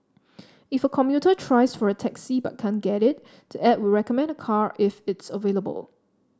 if a commuter tries for a taxi but can't get it the app will recommend a car if it's available